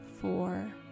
four